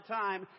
time